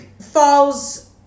falls